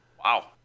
wow